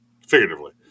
figuratively